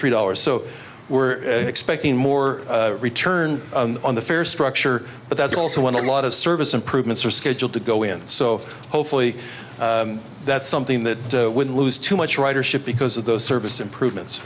three dollars so we're expecting more return on the fare structure but that's also when a lot of service improvements are scheduled to go in so hopefully that's something that would lose too much ridership because of those service improvements